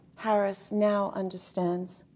harris now understands.